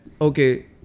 okay